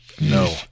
No